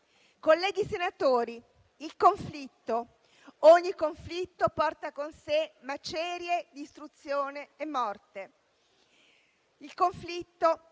Colleghi senatori, il conflitto, ogni conflitto porta con sé macerie, distruzione e morte. Il conflitto,